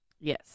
Yes